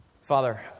Father